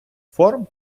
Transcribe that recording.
форм